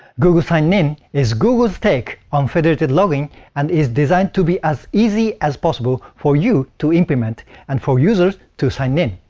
google sign in is google's take on federated login and is designed to be as easy as possible for you to implement and for users to sign in.